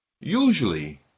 Usually